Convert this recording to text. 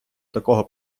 такого